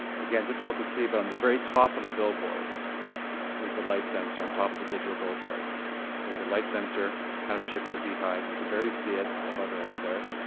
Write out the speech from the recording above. again difficult to see but on the very top of the billboard is the light sensor on top of the digital billboard is a light sensor kind of shape of a beehive. you can barely see it above her head there,